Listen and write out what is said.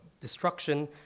destruction